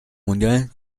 mundial